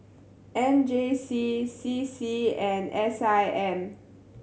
M J C C C and S I M